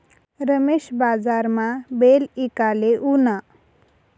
रमेश बजारमा बैल ईकाले ऊना